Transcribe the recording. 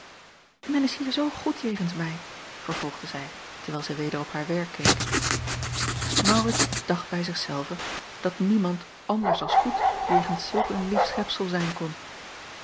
men is hier zoo goed jegens mij vervolgde zij terwijl zij weder op haar werk keek maurits dacht bij zich zelven dat niemand anders als goed jegens zulk een lief schepsel zijn kon